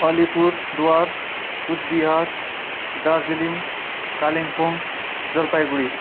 Alipurduar Coochbehar Darjeeling Kalimpong Jalpaiguri